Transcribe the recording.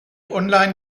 online